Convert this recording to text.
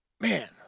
Man